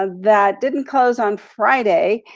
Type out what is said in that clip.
ah that didn't close on friday,